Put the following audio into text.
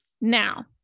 Now